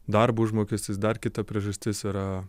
darbo užmokestis dar kita priežastis yra